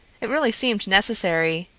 it really seemed necessary.